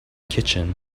kitchen